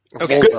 Okay